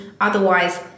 otherwise